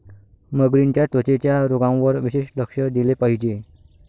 मगरींच्या त्वचेच्या रोगांवर विशेष लक्ष दिले पाहिजे